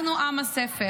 אנחנו עם הספר,